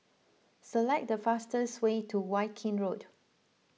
select the fastest way to Viking Road